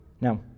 Now